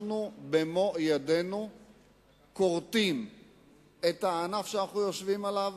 אנחנו במו ידינו כורתים את הענף שאנחנו יושבים עליו.